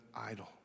idol